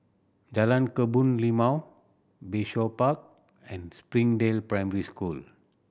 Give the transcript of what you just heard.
Jalan Kebun Limau Bayshore Park and Springdale Primary School